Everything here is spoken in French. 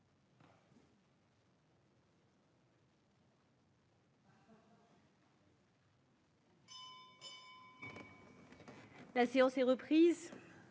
La séance est reprise.